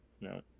no